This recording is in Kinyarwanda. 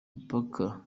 mipaka